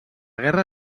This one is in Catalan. guerra